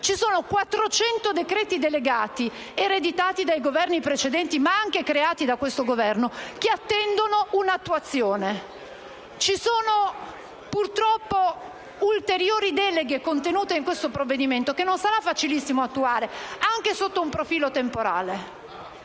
Ci sono 400 decreti delegati, ereditati dai Governi precedenti, ma anche creati da questo Governo, che attendono un'attuazione. Ci sono purtroppo ulteriori deleghe contenute in questo provvedimento, che non sarà facilissimo attuare, anche sotto il profilo temporale.